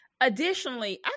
Additionally